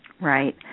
Right